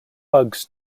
bugs